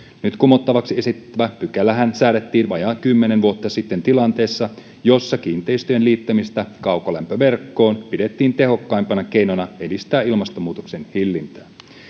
nyt kumottavaksi esitettävä pykälähän säädettiin vajaa kymmenen vuotta sitten tilanteessa jossa kiinteistöjen liittämistä kaukolämpöverkkoon pidettiin tehokkaimpana keinona edistää ilmastonmuutoksen hillintää